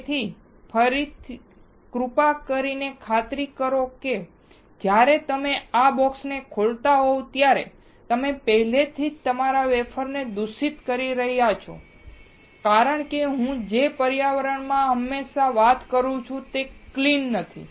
તેથી ફરી કૃપા કરીને ખાતરી કરો કે જ્યારે તમે આ રીતે બોક્સ ખોલતા હોવ છો ત્યારે તમે પહેલેથી જ તમારા વેફરને દૂષિત કરી રહ્યાં છો કારણ કે હું જે પર્યાવરણ માં હમણાં વાત કરું છું તે ક્લીન નથી